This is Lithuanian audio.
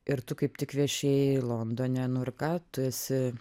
ir tu kaip tik viešėjai londone nu ir ką tu esi